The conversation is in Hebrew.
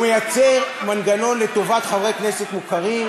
הוא מייצר מנגנון לטובת חברי כנסת מוכרים